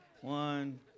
one